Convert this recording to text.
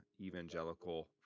evangelical